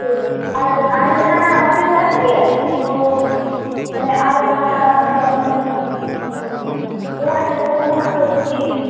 ᱟᱨ ᱟᱨ ᱡᱟᱦᱟᱱᱟᱜ ᱵᱟᱯᱮ ᱪᱟᱥ ᱜᱮᱭᱟ ᱥᱩᱫᱩ ᱢᱟᱱᱮ ᱟᱨ ᱡᱟᱦᱟᱱᱟᱜ ᱡᱮᱢᱚᱱ ᱚᱲᱟᱜ ᱨᱮ ᱫᱚᱦᱚ ᱞᱮᱠᱟᱱᱟᱜ ᱥᱚᱵᱽᱡᱤ